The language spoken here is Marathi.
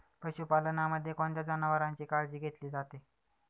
पशुपालनामध्ये कोणत्या जनावरांची काळजी घेतली जाते?